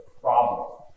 problem